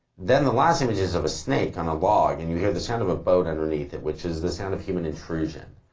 then the last images of a snake on a log and you hear the sound of a boat underneath it, which is the sound of human intrusion.